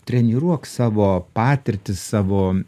treniruok savo patirtį savo